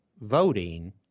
voting